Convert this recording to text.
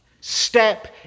Step